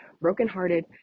brokenhearted